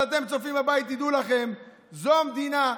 אז אתם, הצופים בבית, תדעו לכם: זו המדינה,